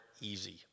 easy